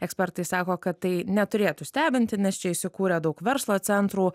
ekspertai sako kad tai neturėtų stebinti nes čia įsikūrę daug verslo centrų